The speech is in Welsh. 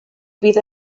fydd